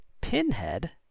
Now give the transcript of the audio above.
Pinhead